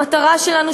המטרה שלנו,